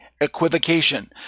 Equivocation